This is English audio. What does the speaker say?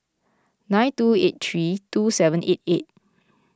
nine two eight three two seven eight eight